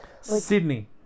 Sydney